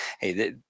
Hey